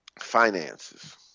Finances